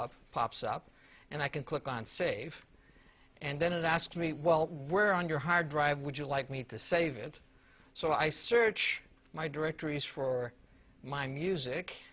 up pops up and i can click on save and then it asks me well where on your hard drive would you like me to save it so i search my directories for my music